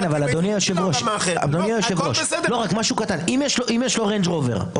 אבל אדוני היושב-ראש, אם יש לו רינג' רובר,